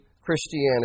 Christianity